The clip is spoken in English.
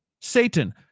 Satan